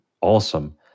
awesome